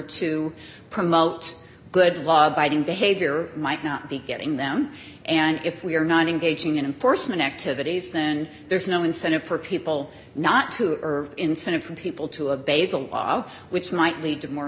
to promote good law abiding behavior might not be getting them and if we are not engaging in force and activities then there is no incentive for people not to erv incentive for people to a bagel of which might lead to more